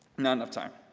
not enough time.